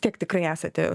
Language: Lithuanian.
tiek tikrai esate